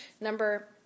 Number